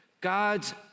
God's